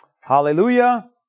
Hallelujah